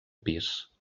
pis